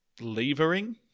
levering